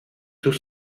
tout